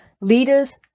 Leaders